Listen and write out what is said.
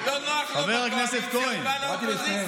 לא נוח לו בקואליציה, הוא בא לאופוזיציה.